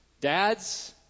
dads